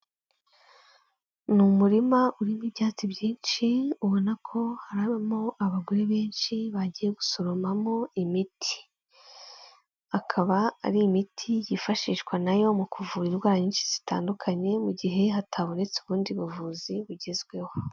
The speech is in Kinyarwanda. Ni umurima urimo ibyatsi byinshi ubona ko harabamo abagore benshi bagiye gusoromamo imiti. Akaba ari imiti yifashishwa na yo mu kuvura indwara nyinshi zitandukanye, mu gihe hatabonetse ubundi buvuzi bugezweho.